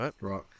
Right